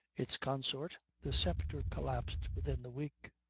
its consort the sceptre collapsed within the week.